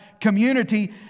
community